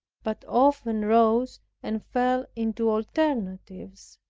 but often rose and fell into alternatives.